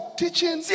teaching